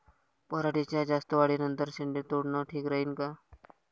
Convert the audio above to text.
पराटीच्या जास्त वाढी नंतर शेंडे तोडनं ठीक राहीन का?